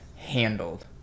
Handled